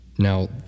Now